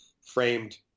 framed